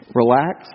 relax